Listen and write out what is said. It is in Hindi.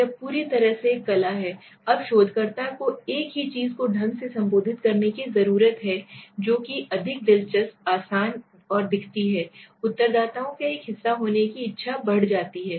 यह पूरी तरह से एक कला है अब शोधकर्ता को एक ही चीज़ को ढंग से संबोधित करने की ज़रूरत है जो कि अधिक दिलचस्प आसान और दिखती है उत्तरदाताओं का एक हिस्सा होने की इच्छा बढ़ जाती है